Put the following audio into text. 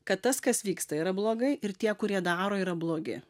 kad tas kas vyksta yra blogai ir tie kurie daro yra blogi